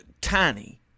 tiny